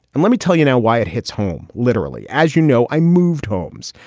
and let me tell you now why it hits home literally. as you know, i moved homes.